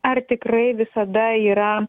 ar tikrai visada yra